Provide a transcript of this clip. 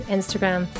Instagram